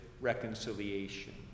reconciliation